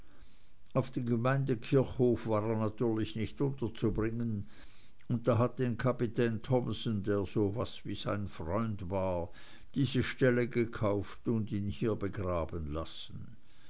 auf dem gemeindekirchhof war er natürlich nicht unterzubringen und da hat denn kapitän thomsen der so was wie sein freund war diese stelle gekauft und ihn hier begraben lassen